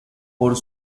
por